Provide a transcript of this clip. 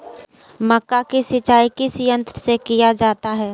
मक्का की सिंचाई किस यंत्र से किया जाता है?